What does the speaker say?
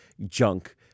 junk